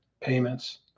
payments